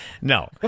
No